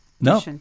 No